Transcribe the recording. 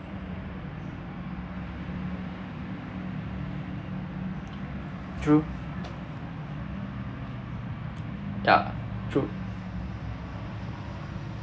true ya true